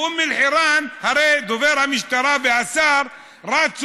באום אל-חיראן הרי דובר המשטרה והשר רבו